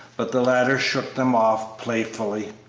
but the latter shook them off playfully.